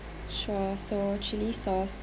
sure so chilli sauce